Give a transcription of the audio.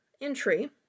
entry